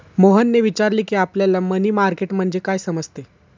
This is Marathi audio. मोहनने विचारले की, आपल्याला मनी मार्केट म्हणजे काय समजते?